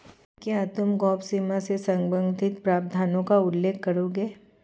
क्या तुम गैप सीमा से संबंधित प्रावधानों का उल्लेख करोगे?